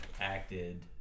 acted